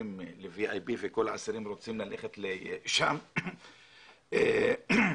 שנחשבים VIP וכל האסירים רוצים ללכת לשם יושבים על אדמת כפר מע'אר,